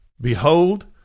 Behold